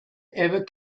ever